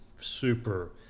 super